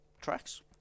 tracks